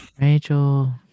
Rachel